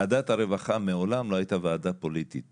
ועדת הרווחה מעולם לא הייתה ועדה פוליטית.